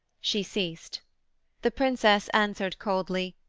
she ceased the princess answered coldly,